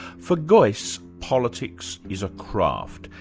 for geuss, politics is a craft.